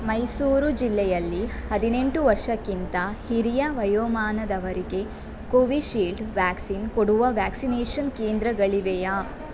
ಮೈಸೂರು ಜಿಲ್ಲೆಯಲ್ಲಿ ಹದಿನೆಂಟು ವರ್ಷಕ್ಕಿಂತ ಹಿರಿಯ ವಯೋಮಾನದವರಿಗೆ ಕೋವಿಶೀಲ್ಡ್ ವ್ಯಾಕ್ಸಿನ್ ಕೊಡುವ ವ್ಯಾಕ್ಸಿನೇಷನ್ ಕೇಂದ್ರಗಳಿವೆಯಾ